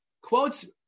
quotes